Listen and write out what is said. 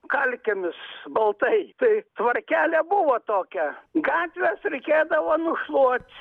kalkėmis baltai tai tvarkelė buvo tokia gatves reikėdavo nušluot